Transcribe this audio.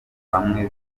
bamwe